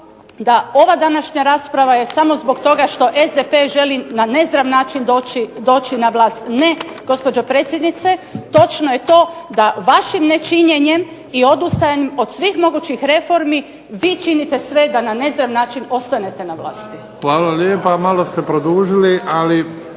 da ova današnja rasprava je samo zbog toga što SDP želi na nezdrav način doći na vlast. Ne, gospođo predsjednice. Točno je to da vašim nečinjenjem i odustajanjem od svih mogućih reformi vi činite sve da na nezdrav način ostanete na vlasti. **Bebić, Luka (HDZ)** Hvala lijepa. Malo ste produžili, ali…